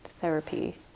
therapy